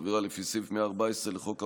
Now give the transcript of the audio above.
עבירה לפי סעיף 114 לחוק העונשין,